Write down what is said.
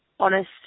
honest